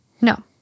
No